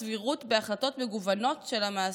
הסבירות בהחלטות מגוונות של המעסיק: